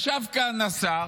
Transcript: ישב כאן השר,